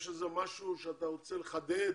יש איזה משהו שאתה רוצה לחדד